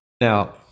Now